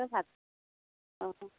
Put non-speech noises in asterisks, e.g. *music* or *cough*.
তই ভাত অঁ *unintelligible*